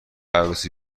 عروسی